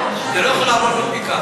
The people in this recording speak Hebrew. זה לא יכול להיות לעבור בשתיקה.